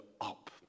up